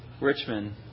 Richmond